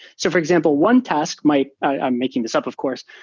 so for example, one task might i'm making this up of course.